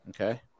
okay